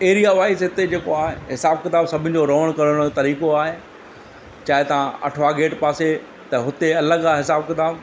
area wise हिते जेको आहे हिसाबु किताबु सभिनि जो रहणु करण जो तरीक़ो आहे चाहे तव्हां अठवा गेट पासे त हुते अलॻि आहे हिसाबु किताबु